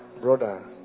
Brother